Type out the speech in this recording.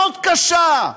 מאוד קשה.